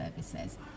services